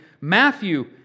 Matthew